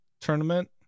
Tournament